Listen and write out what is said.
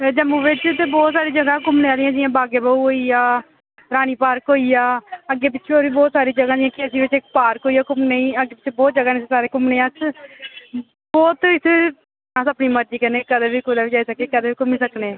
जम्मू बिच ते बहुत सारी जगहां न घूमने आह्लियां जि'यां बाग ए बाहू होई गेआ रानी पार्क होई आ अग्गें पिच्छें होर बी बहुत सारी जगहां न जेह्कियां जेह्दे च इक पार्क होई आ घूमने'ई अग्गें पिच्छें बहुत जगहां न जित्थै सारे घूमने अस बहुत अस इत्थै अपनी मर्जी कन्नै कदें बी कुतै बी जाई सकने कदें बी घूमी सकने